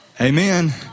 Amen